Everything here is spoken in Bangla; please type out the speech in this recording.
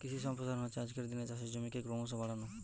কৃষি সম্প্রসারণ হচ্ছে আজকের দিনে চাষের জমিকে ক্রোমোসো বাড়ানো